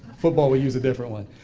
football, we use a different one.